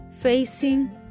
facing